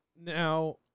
Now